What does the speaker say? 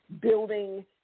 building